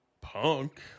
punk